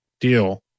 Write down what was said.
deal